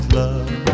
love